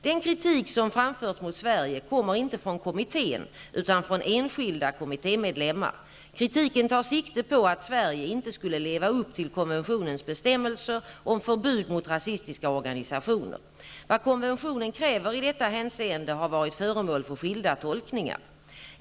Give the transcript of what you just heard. Den kritik som framförts mot Sverige kommer inte från kommittén utan från enskilda kommittémedlemmar. Kritiken tar sikte på att Sverige inte skulle leva upp till konventionens bestämmelser om förbud mot rasistiska organisationer. Vad konventionen kräver i detta hänseende har varit föremål för skilda tolkningar.